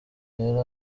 yari